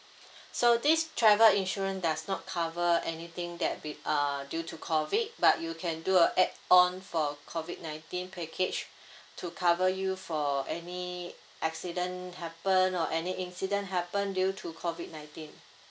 so this travel insurance does not cover anything that be~ uh due to COVID but you can do a add on for COVID nineteen package to cover you for any accident happen or any incident happen due to COVID nineteen